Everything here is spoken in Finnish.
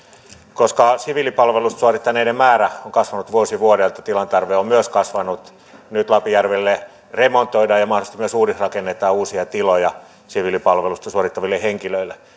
koska siviilipalvelusta suorittaneiden määrä on kasvanut vuosi vuodelta myös tilan tarve on kasvanut ja nyt lapinjärvelle remontoidaan ja mahdollisesti myös uudisrakennetaan uusia tiloja siviilipalvelusta suorittaville henkilöille